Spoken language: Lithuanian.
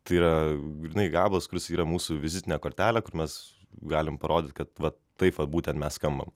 tai yra grynai gabalas kuris yra mūsų vizitinė kortelė kur mes galim parodyti kad vat taip vat būtent mes skambam